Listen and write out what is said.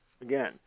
Again